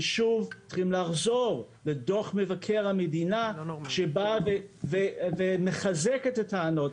ושוב צריכים לחזור לדוח מבקר המדינה שבא ומחזק את הטענות,